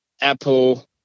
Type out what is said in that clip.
Apple